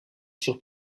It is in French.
sur